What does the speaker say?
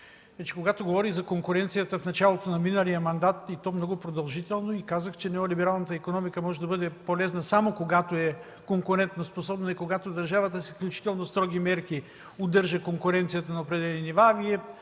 Когато говорих за конкуренцията в началото на миналия мандат много продължително и казах, че неолибералната икономика може да бъде полезна само когато е конкурентоспособна и когато държавата с изключително строги мерки удържа конкуренцията на определени нива,